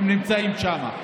הם נמצאים שם.